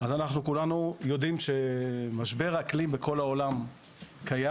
אז אנחנו כולנו יודעים שמשבר האקלים בכל העולם קיים.